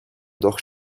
doch